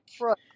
Right